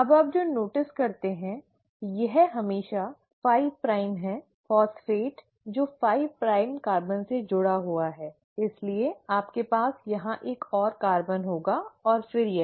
अब आप जो नोटिस करते हैं यह हमेशा 5 प्राइम है फॉस्फेट जो 5 प्राइम कार्बन से जुड़ा हुआ है इसलिए आपके पास यहां एक और कार्बन होगा और फिर यह